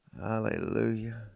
Hallelujah